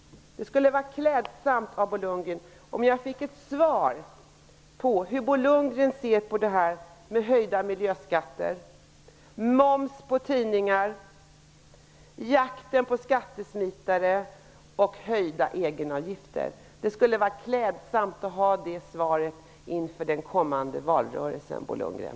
Det skulle vara klädsamt av Bo Lundgren om jag fick ett svar på hur Bo Lundgren ser på höjda miljöskatter, moms på tidningar, jakten på skattesmitare och höjda egenavgifter. Det skulle vara klädsamt att ha det svaret inför den kommande valrörelsen, Bo Lundgren.